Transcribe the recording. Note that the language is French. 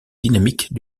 dynamiques